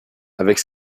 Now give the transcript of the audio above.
avec